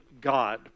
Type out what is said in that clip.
God